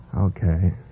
Okay